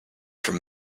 from